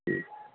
ਠੀਕ